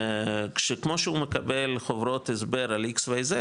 כשכמו שהוא מקבל חוברות הסבר על איקס וזד,